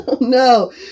no